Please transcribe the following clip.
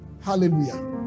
Hallelujah